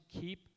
keep